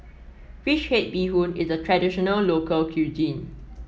fish head Bee Hoon is a traditional local cuisine